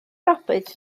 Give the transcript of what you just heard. roberts